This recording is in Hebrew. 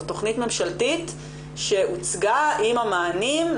זו תכנית ממשלתית שהוצגה עם המענים,